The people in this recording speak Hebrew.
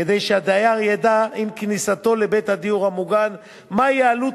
כדי שהדייר ידע עם כניסתו לבית הדיור המוגן מהי עלות